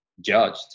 judged